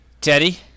Teddy